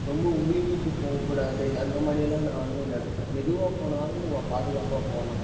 ரொம்ப உரிமிட்டு போகக்கூடாது அந்த மாதிரியெல்லாம் நான் வந்து நினைப்பேன் மெதுவாக போனாலும் நம்ம பாதுகாப்பாக போகலாம்